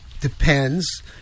depends